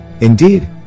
Indeed